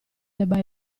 debba